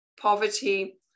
poverty